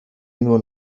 mismo